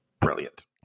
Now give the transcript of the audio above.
brilliant